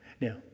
Now